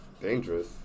Dangerous